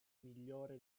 migliore